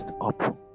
up